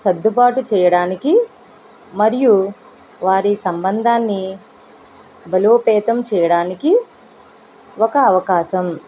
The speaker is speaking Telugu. సర్దుబాటు చేయడానికి మరియు వారి సంబంధాన్ని బలోపేతం చేయడానికి ఒక అవకాశం